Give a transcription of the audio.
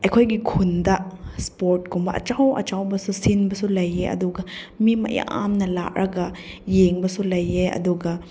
ꯑꯩꯈꯣꯏꯒꯤ ꯈꯨꯟꯗ ꯏꯁꯄꯣꯔꯠꯀꯨꯝꯕ ꯑꯆꯧ ꯑꯆꯧꯕꯁꯨ ꯁꯤꯟꯕꯁꯨ ꯂꯩꯌꯦ ꯑꯗꯨꯒ ꯃꯤ ꯃꯌꯥꯝꯅ ꯂꯥꯛꯂꯒ ꯌꯦꯡꯕꯁꯨ ꯂꯩꯌꯦ ꯑꯗꯨꯒ